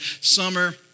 summer